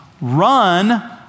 run